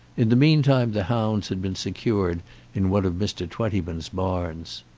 in the meantime the hounds had been secured in one of mr. twentyman's barns.